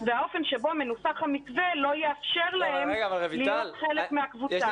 והאופן שבו מנוסח המתווה לא יאפשר להם להיות חלק מהקבוצה.